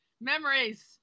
Memories